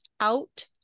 out